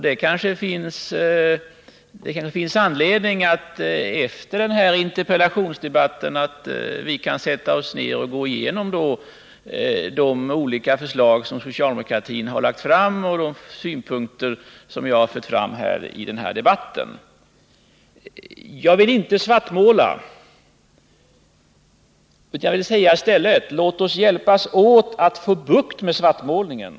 Det kanske finns anledning för oss att efter den här interpellationsdebatten sätta oss ned och gå igenom de olika förslag som socialdemokraterna har lagt fram och de synpunkter som jag fört fram i debatten. Jag vill inte svartmåla, utan jag vill i stället säga: Låt oss hjälpas åt för att få bukt med svartmålningen.